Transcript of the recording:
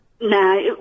No